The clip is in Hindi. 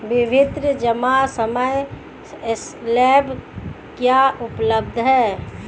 विभिन्न जमा समय स्लैब क्या उपलब्ध हैं?